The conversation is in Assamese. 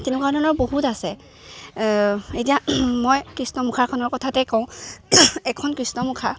তেনেকুৱা ধৰণৰ বহুত আছে এতিয়া মই কৃষ্ণৰ মুখাখনৰ কথাতে কওঁ এখন কৃষ্ণৰ মুখা